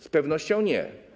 Z pewnością nie.